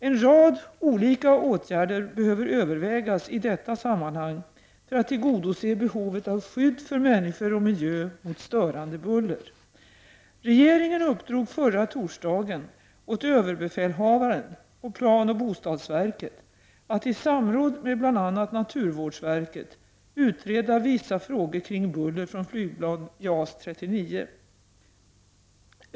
En rad olika åtgärder behöver övervägas i detta sammanhang för att tillgodose behovet av skydd för människor och miljö mot störande buller. Regeringen uppdrog förra torsdagen åt överbefälhavaren och planoch bostadsverket att i samråd med bl.a. naturvårdsverket, utreda vissa frågor kring buller från flygplan JAS 39.